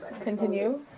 Continue